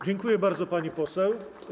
Dziękuję bardzo, pani poseł.